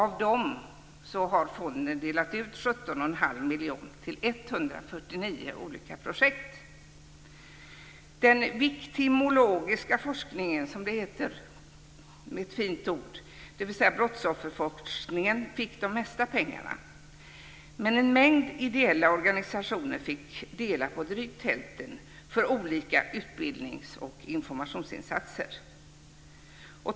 Av dem har fonden delat ut 17 1⁄2 miljon till 149 olika projekt. Den viktimologiska forskningen, som det heter med ett fint ord, dvs. brottsofferforskningen, fick de mesta pengarna. Men en mängd ideella organisationer fick dela på drygt hälften för olika utbildnings och informationsinsatser.